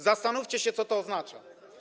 Zastanówcie się, co to oznacza.